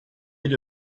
had